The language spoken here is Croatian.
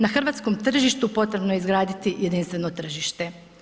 Na hrvatskom tržištu potrebno je izgraditi jedinstveno tržište.